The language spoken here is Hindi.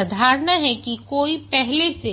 यह धारणा कि कोई पहले से